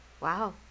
wow